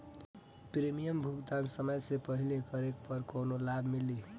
Premium भुगतान समय से पहिले करे पर कौनो लाभ मिली?